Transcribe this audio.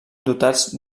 dotats